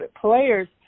players